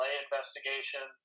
investigation